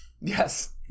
Yes